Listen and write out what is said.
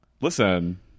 Listen